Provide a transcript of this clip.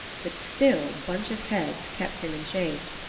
but still bunch-of-heads kept him in chase.